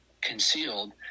concealed